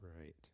right